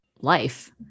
life